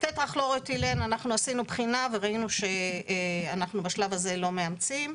טטרהכלורואתילן אנחנו עשינו בחינה וראינו שאנחנו בשלב הזה לא מאמצים.